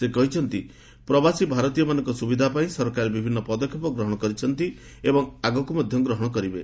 ସେ କହିଛନ୍ତି ପ୍ରବାସୀ ଭାରତୀୟମାନଙ୍କ ସୁବିଧା ପାଇଁ ସରକାର ବିଭିନ୍ନ ପଦକ୍ଷେପ ଗ୍ରହଣ କରିଛନ୍ତି ଏବଂ ଆଗକୁ ମଧ୍ୟ ଗହଣ କରିବେ